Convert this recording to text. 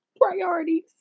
Priorities